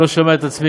אני לא שומע את עצמי,